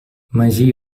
magí